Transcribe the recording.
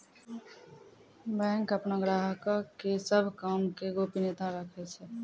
bank अपनो ग्राहको के सभ काम के गोपनीयता राखै छै